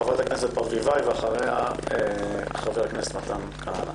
חברת הכנסת ברביבאי, ואחריה חבר הכנסת מתן כהנא.